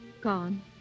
Gone